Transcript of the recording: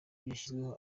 yashyizweho